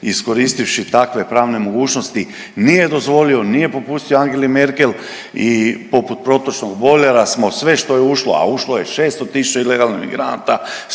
iskoristivši takve pravne mogućnosti nije dozvolio, nije popustio Angeli Merkel i poput protočnog bojlera smo sve što je ušlo, a ušlo je 600.000 ilegalnih emigranata